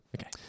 Okay